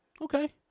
Okay